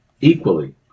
equally